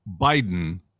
Biden